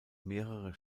mehrerer